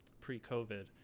pre-COVID